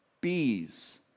bees